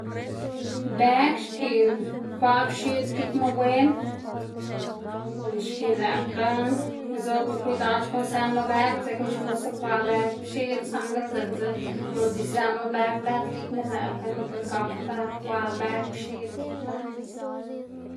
bëg xkiꞌn kwaꞌ pxiꞌd gikma wen xkiꞌn lëꞌkga izobma kwidad xkuꞌn sënma bëg dzekna xnuse kwaꞌ bëg pxiꞌd saꞌngl diꞌltse noꞌnda isëꞌma bëg lëd gikma lëꞌkga nikl gakda kwaꞌ bëg pxiꞌd gikma.